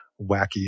wacky